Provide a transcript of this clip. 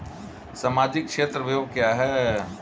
सामाजिक क्षेत्र व्यय क्या है?